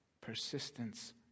persistence